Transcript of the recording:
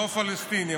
לא פלסטינים,